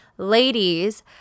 Ladies